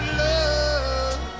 love